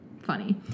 funny